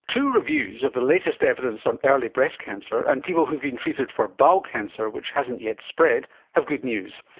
two reviews of the latest evidence on early breast cancer and people who have been treated for bowel cancer which hasn't yet spread have good news.